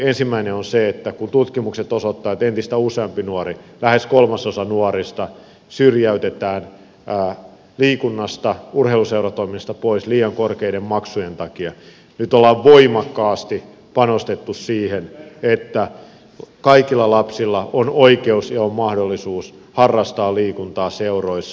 ensimmäinen on se että kun tutkimukset osoittavat että entistä useampi nuori lähes kolmasosa nuorista syrjäytetään liikunnasta ja urheiluseuratoiminnasta pois liian korkeiden maksujen takia niin nyt ollaan voimakkaasti panostettu siihen että kaikilla lapsilla on oikeus ja mahdollisuus harrastaa liikuntaa seuroissa